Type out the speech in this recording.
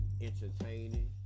entertaining